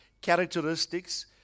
characteristics